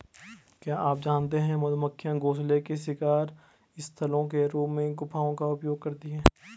क्या आप जानते है मधुमक्खियां घोंसले के शिकार स्थलों के रूप में गुफाओं का उपयोग करती है?